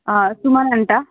ఆ సుమన్ అంటా